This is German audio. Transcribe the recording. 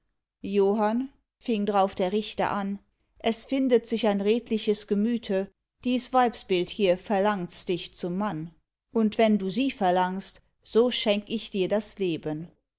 johann fing drauf der richter an es findet sich ein redliches gemüte dies weibsbild hier verlangst dich zum mann und wenn du sie verlangst so schenk ich dir das leben